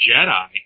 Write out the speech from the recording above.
Jedi